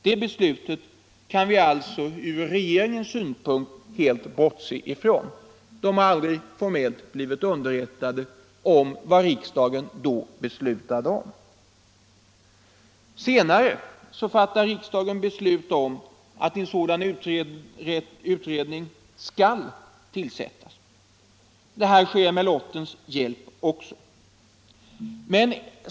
Det beslutet kan vi alltså från regeringens synpunkt helt bortse från. Den har aldrig formellt blivit underrättad om vad riksdagen då beslutade. Senare fattade riksdagen beslut om att en sådan utredning skall tillsättas. Det skedde också med lottens hjälp.